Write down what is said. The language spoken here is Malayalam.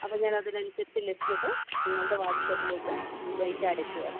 അപ്പോൾ ഞാൻ അതിനനുസരിച്ച് ലിസ്റ്റ് ഇട്ട് നിങ്ങളുടെ വാട്ട്സപ്പിലേക്ക് റേറ്റ് അയച്ച് തരാം